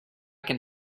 can